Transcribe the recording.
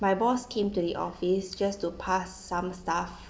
my boss came to the office just to pass some stuff